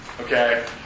Okay